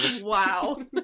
wow